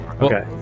Okay